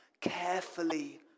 carefully